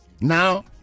now